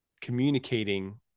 communicating